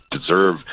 deserve